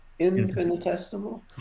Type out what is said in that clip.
Infinitesimal